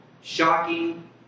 shocking